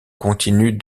continue